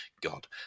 God